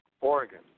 Oregon